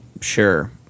sure